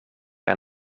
aan